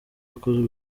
wakozwe